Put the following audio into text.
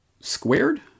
squared